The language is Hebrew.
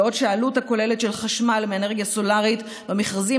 ואילו העלות הכוללת של חשמל מאנרגיה סולרית במכרזים